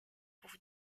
pour